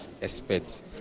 expect